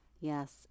yes